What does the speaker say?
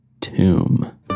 Tomb